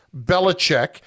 Belichick